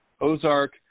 Ozark